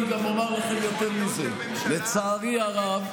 אני אומר לכם יותר מזה: לצערי הרב,